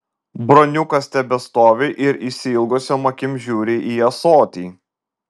broniukas tebestovi ir išsiilgusiom akim žiūri į ąsotį